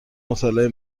مطالعه